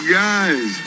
guys